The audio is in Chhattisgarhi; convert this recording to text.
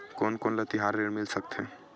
कोन कोन ले तिहार ऋण मिल सकथे?